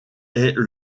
est